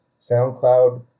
SoundCloud